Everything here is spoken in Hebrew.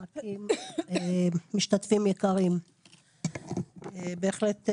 ח"כים, משתתפים יקרים, בהחלט,